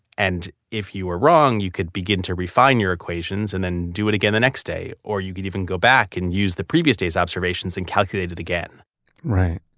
and if you were wrong, you could begin to refine your equations and then do it again the next day. or you could even go back and use the previous days observations and calculate it again right.